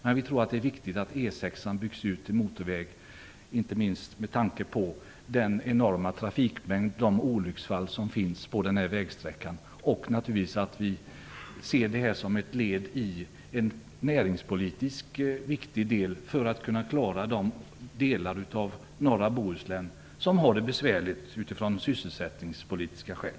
Men vi tror att det är viktigt att E 6:an byggs ut till motorväg, inte minst med tanke på den enorma trafikmängd och de olycksfall som förekommer på den här vägsträckan. Naturligtvis ser vi det här som ett led i en näringspolitiskt viktig satsning för att kunna klara de delar av norra Bohuslän som har det besvärligt av sysselsättningspolitiska skäl.